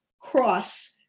cross